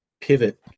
pivot